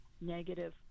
negative